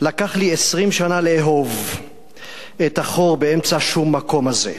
"לקח לי 20 שנה / לאהוב את החור באמצע שום מקום הזה.